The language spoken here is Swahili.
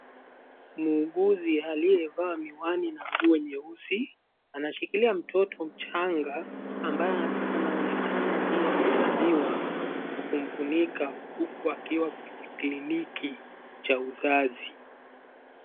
Muuguzi aliyevalia miwani na nguo nyeusi anashikilia mtoto mchanga ambaye anaonekana ndiye amezaliwa na kumfunika huku akiwa kwenye kliniki cha uzazi.